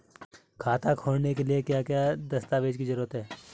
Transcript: खाता खोलने के लिए क्या क्या दस्तावेज़ की जरूरत है?